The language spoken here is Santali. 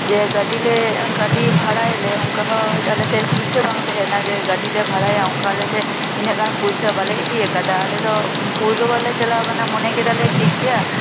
ᱡᱮ ᱜᱟᱹᱰᱤ ᱞᱮ ᱜᱟᱹᱰᱤ ᱵᱷᱟᱲᱟᱭᱟᱞᱮ ᱚᱱᱠᱟ ᱦᱚᱸ ᱟᱞᱮ ᱴᱷᱮᱱ ᱯᱩᱭᱥᱟᱹ ᱵᱟᱝ ᱛᱟᱦᱮᱸ ᱞᱮᱱᱟ ᱡᱮ ᱜᱟᱹᱰᱤ ᱞᱮ ᱵᱷᱟᱲᱟᱭᱟ ᱚᱱᱠᱟ ᱟᱞᱮ ᱴᱷᱮᱱ ᱤᱱᱟᱹᱜ ᱜᱟᱱ ᱯᱩᱭᱥᱟᱹ ᱵᱟᱞᱮ ᱤᱫᱤ ᱟᱠᱟᱫᱟ ᱟᱞᱮ ᱫᱚ ᱯᱳᱭᱞᱳ ᱵᱟᱨᱞᱮ ᱪᱟᱞᱟᱣ ᱟᱠᱟᱱᱟ ᱢᱚᱱᱮ ᱠᱮᱫᱟ ᱞᱮ ᱴᱷᱤᱠ ᱜᱮᱭᱟ